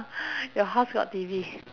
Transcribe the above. your house got T_V